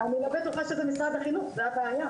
אני לא בטוחה שזה משרד החינוך, זו הבעיה.